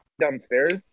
downstairs